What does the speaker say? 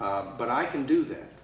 but i can do that.